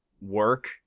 work